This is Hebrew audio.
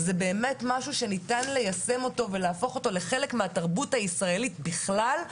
זה באמת משהו שניתן ליישם ולהפוך אותו לחלק מהתרבות הישראלית בכלל,